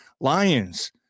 Lions